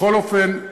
בכל אופן,